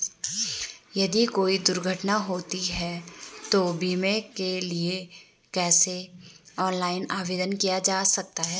यदि कोई दुर्घटना होती है तो बीमे के लिए कैसे ऑनलाइन आवेदन किया जा सकता है?